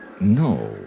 no